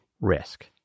risk